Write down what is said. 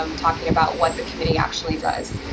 um talking about what the committee actually does.